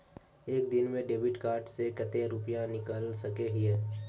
एक दिन में डेबिट कार्ड से कते रुपया निकल सके हिये?